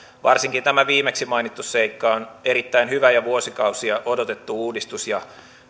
varsinkin tämä viimeksi mainittu seikka on erittäin hyvä ja vuosikausia odotettu uudistus ja